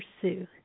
pursue